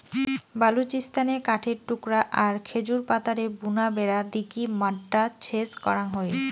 বালুচিস্তানে কাঠের টুকরা আর খেজুর পাতারে বুনা বেড়া দিকি মাড্ডা সেচ করাং হই